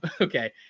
okay